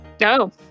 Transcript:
No